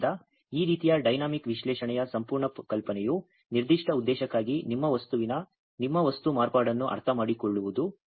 ಆದ್ದರಿಂದ ಈ ರೀತಿಯ ಡೈನಾಮಿಕ್ ವಿಶ್ಲೇಷಣೆಯ ಸಂಪೂರ್ಣ ಕಲ್ಪನೆಯು ನಿರ್ದಿಷ್ಟ ಉದ್ದೇಶಕ್ಕಾಗಿ ನಿಮ್ಮ ವಸ್ತುವಿನ ನಿಮ್ಮ ವಸ್ತು ಮಾರ್ಪಾಡನ್ನು ಅರ್ಥಮಾಡಿಕೊಳ್ಳುವುದು